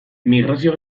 migrazio